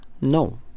no